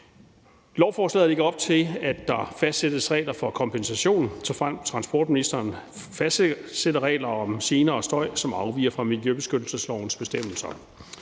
Lovforslaget lægger op til, at der fastsættes regler for kompensation, såfremt transportministeren fastsætter regler om gener og støj, som afviger fra miljøbeskyttelseslovens bestemmelser.